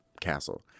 castle